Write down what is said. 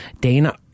Dana